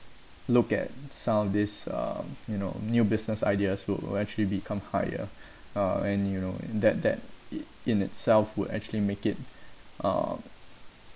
look at some of this um you know new business ideas would actually become higher uh and you know that that it in itself would actually make it um